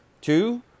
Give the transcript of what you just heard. Two